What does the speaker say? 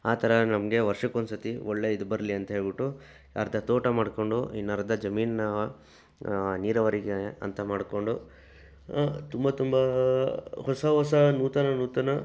ಆ ಥರ ನಮಗೆ ವರ್ಷಕ್ಕೆ ಒಂದು ಸರ್ತಿ ಒಳ್ಳೆಯ ಇದು ಬರಲಿ ಅಂತ ಹೇಳ್ಬಿಟ್ಟು ಅರ್ಧ ತೋಟ ಮಾಡ್ಕೊಂಡು ಇನ್ನು ಅರ್ಧ ಜಮೀನನ್ನ ನೀರಾವರಿಗೆ ಅಂತ ಮಾಡ್ಕೊಂಡು ತುಂಬ ತುಂಬ ಹೊಸ ಹೊಸ ನೂತನ ನೂತನ